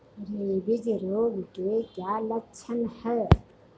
Rabies रोग के क्या लक्षण है?